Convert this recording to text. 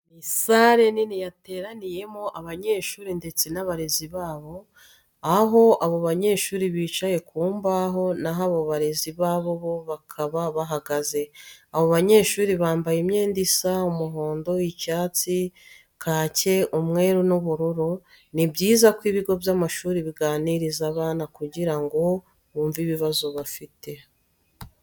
Ni sale nini yateraniyemo abanyeshuri ndetse n'abarezi babo, aho abo banyeshuri bicaye ku mbaho naho abo barize babo bo bakaba bahagaze. Abo banyeshuri bambaye imyenda isa umuhondo, icyatsi, kake, umweru n'ubururu. Ni byiza ko ibigo by'amashuri biganiriza abana kugira ngo bumve ibibazo bafite.